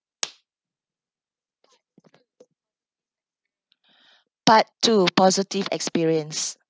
part two positive experience